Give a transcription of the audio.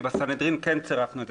כי בסנהדרין כן צירפנו את זה,